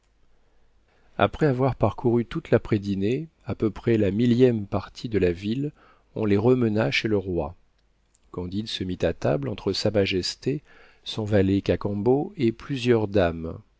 après avoir parcouru toute laprès dinée à peu près la millième partie de la ville on les remena chez le roi candide se mit à table entre sa majesté son valet cacambo et plusieurs dames